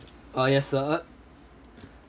ah yes sir uh